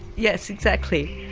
yes, exactly.